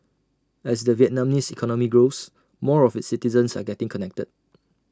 as the Vietnamese economy grows more of its citizens are getting connected